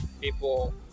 people